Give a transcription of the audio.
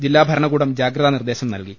ജില്ലാ ഭരണകൂടം ജാഗ്രതാനിർദേശം നൽകി